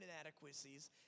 inadequacies